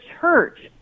Church